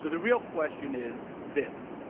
so the real question is this.